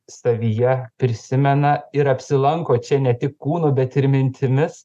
savyje prisimena ir apsilanko čia ne tik kūnu bet ir mintimis